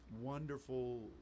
wonderful